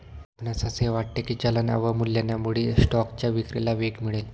आपणास असे वाटते की चलन अवमूल्यनामुळे स्टॉकच्या विक्रीला वेग मिळेल?